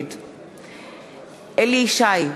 נגד אליהו ישי,